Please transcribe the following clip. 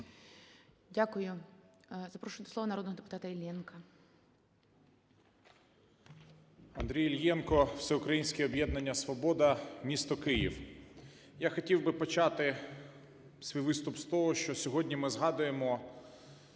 Дякую. Запрошую до слова народного депутата Іллєнка. 13:06:31 ІЛЛЄНКО А.Ю. Андрій Іллєнко, Всеукраїнське об'єднання "Свобода", місто Київ. Я хотів би почати свій виступ з того, що сьогодні ми згадуємо